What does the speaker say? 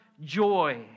joy